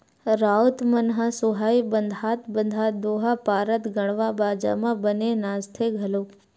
राउत मन ह सुहाई बंधात बंधात दोहा पारत गड़वा बाजा म बने नाचथे घलोक